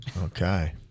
Okay